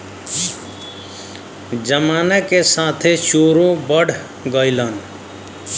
जमाना के साथे चोरो बढ़ गइलन